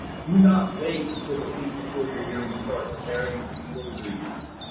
do not wait until the week before your hearing to start preparing. you will lose.